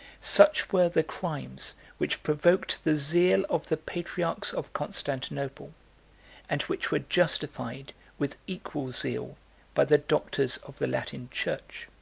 such were the crimes which provoked the zeal of the patriarchs of constantinople and which were justified with equal zeal by the doctors of the latin church.